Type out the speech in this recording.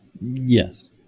Yes